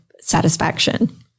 satisfaction